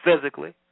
physically